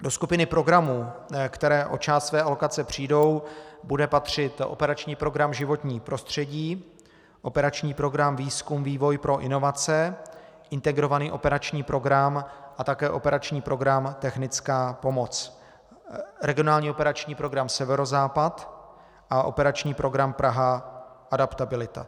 Do skupiny programů, které o část své alokace přijdou, bude patřit operační program Životní prostředí, operační program Výzkum a vývoj pro inovace, Integrovaný operační program a také operační program Technická pomoc, regionální operační program Severozápad a operační program Praha adaptabilita.